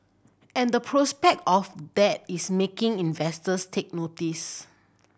and the prospect of that is making investors take notice